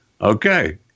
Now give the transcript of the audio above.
Okay